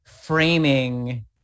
framing